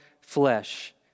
flesh